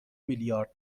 میلیارد